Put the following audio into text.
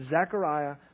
Zechariah